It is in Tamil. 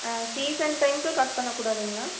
ஆ சீசன் டைமுக்கு கட் பண்ண கூடாதுங்களா